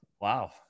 wow